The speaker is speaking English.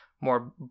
more